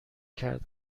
کرد